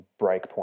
breakpoint